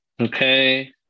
Okay